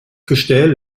gestell